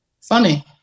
funny